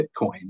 Bitcoin